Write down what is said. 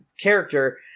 character